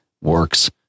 Works